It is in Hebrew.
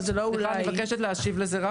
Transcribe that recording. אני רק מבקשת להשיב לזה.